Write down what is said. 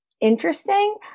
interesting